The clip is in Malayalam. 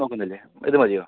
നോക്കുന്നില്ലേ ഇത് മതിയോ